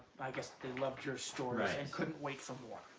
i guess that loved your stories, and couldn't wait for more?